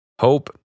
Hope